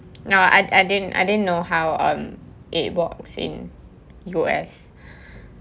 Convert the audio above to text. no I I didn't I didn't know how um it works in U_S